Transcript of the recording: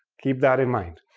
keep that in mind,